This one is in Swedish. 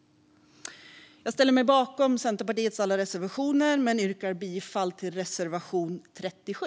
Jag ställer mig bakom Centerpartiets alla reservationer men yrkar bifall endast till reservation 37.